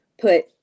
put